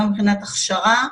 גם מבחינת הכשרה,